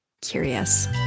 curious